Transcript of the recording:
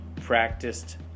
practiced